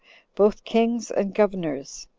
both kings and governors,